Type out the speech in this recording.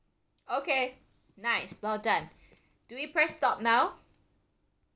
okay nice well done do we press stop now